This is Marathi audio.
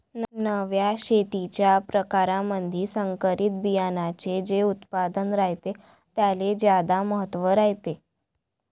नव्या शेतीच्या परकारामंधी संकरित बियान्याचे जे उत्पादन रायते त्याले ज्यादा महत्त्व रायते